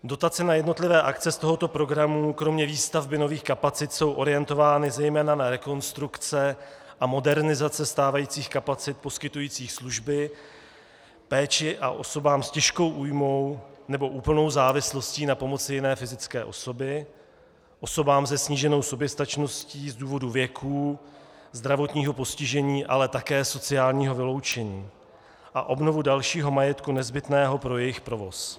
Dotace na jednotlivé akce z tohoto programu kromě výstavby nových kapacit jsou orientovány zejména na rekonstrukce a modernizace stávajících kapacit poskytujících služby, péči osobám s těžkou újmou nebo úplnou závislostí na pomoci jiné fyzické osoby, osobám se sníženou soběstačností z důvodu věku, zdravotního postižení, ale také sociálního vyloučení, a obnovu dalšího majetku nezbytného pro jejich provoz.